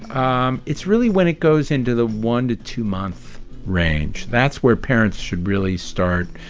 um it's really when it goes into the one to two-month range. that's where parents should really start